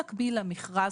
במקביל למכרז,